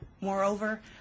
Moreover